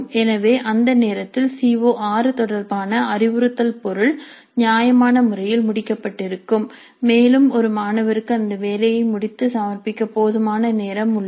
எனவே அந்த நேரத்தில் சிஓ6 தொடர்பான அறிவுறுத்தல் பொருள் நியாயமான முறையில் முடிக்கப்பட்டிருக்கும் மேலும் ஒரு மாணவருக்கு அந்த வேலையை முடித்து சமர்ப்பிக்க போதுமான நேரம் உள்ளது